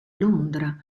londra